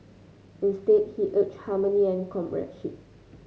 instead he urged harmony and comradeship